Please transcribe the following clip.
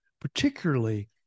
particularly